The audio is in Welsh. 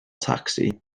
tacsi